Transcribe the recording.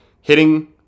Hitting